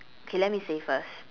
okay let me say first